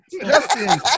Justin